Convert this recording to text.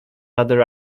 other